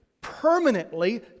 permanently